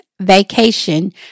vacation